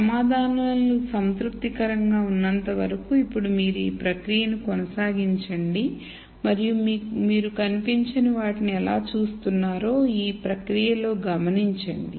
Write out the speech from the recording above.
సమాధానాలు సంతృప్తికరంగా ఉన్నంత వరకు ఇప్పుడు మీరు ఈ ప్రక్రియను కొనసాగించండి మరియు మీరు కనిపించని వాటిని ఎలా చూస్తున్నారో ఈ ప్రక్రియలో గమనించండి